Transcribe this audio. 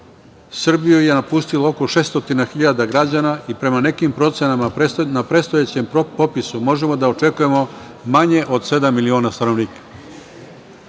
Srbiju je napustilo oko 600 hiljada građana i prema nekim procenama na predstojećem popisu možemo da očekujemo manje od sedam miliona stanovnika.